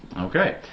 Okay